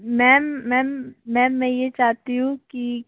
ma'am ma'am ma'am मैं ये चाहती हूँ कि